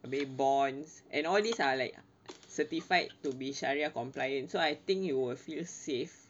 ambil bonds and all these are like certified to be syariah compliant so I think you will feel safe